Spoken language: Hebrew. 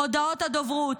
הודעות הדוברות,